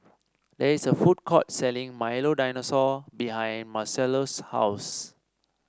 there is a food court selling Milo Dinosaur behind Marcellus' house